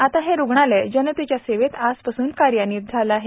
आता हे रुग्णालय जनतेच्या सेवेत आजपासून कार्यान्वित झालं आहे